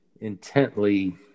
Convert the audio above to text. intently